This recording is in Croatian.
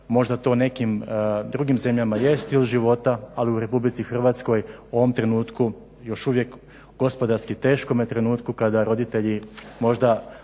Možda to nekim drugim zemljama je stil života, ali u RH u ovom trenutku još uvijek gospodarski teškom trenutku kada roditelji možda